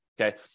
Okay